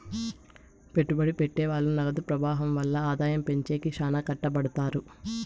పెట్టుబడి పెట్టె వాళ్ళు నగదు ప్రవాహం వల్ల ఆదాయం పెంచేకి శ్యానా కట్టపడుతారు